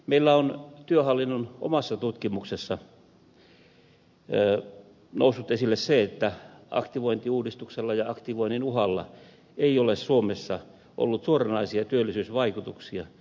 meillä on työhallinnon omassa tutkimuksessa noussut esille se että aktivointiuudistuksella ja aktivoinnin uhalla ei ole suomessa ollut suoranaisia työllisyysvaikutuksia